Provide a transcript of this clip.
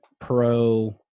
pro